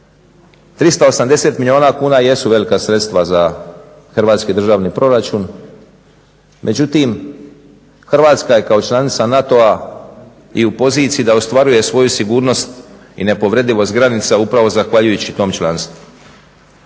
380 milijuna kuna jesu velika sredstva za hrvatski državni proračun, međutim Hrvatska je kao članica NATO-a i u poziciji da ostvaruje svoju sigurnost i nepovredivost granica upravo zahvaljujući tom članstvu.